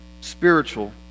spiritual